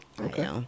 Okay